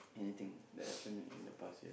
anything that happened in the past year